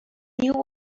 knew